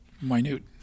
minute